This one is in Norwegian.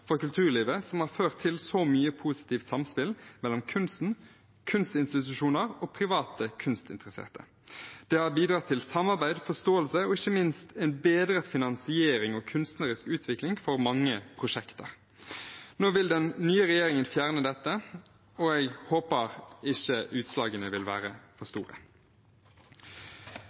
for kulturlivet, som har ført til så mye positivt samspill mellom kunsten, kunstinstitusjoner og private kunstinteresserte. Det har bidratt til samarbeid, forståelse og ikke minst en bedret finansiering og kunstnerisk utvikling for mange prosjekter. Nå vil den nye regjeringen fjerne dette, og jeg håper ikke utslagene vil være for store.